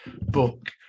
book